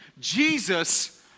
Jesus